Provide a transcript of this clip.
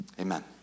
Amen